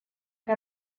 que